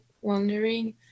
wondering